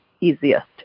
easiest